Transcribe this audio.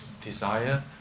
desire